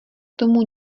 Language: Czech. tomu